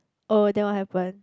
oh then what happen